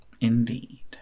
Indeed